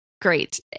Great